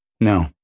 No